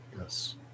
yes